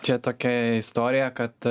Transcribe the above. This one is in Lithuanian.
čia tokia istorija kad